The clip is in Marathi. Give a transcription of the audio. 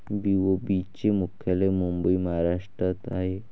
बी.ओ.बी चे मुख्यालय मुंबई महाराष्ट्रात आहे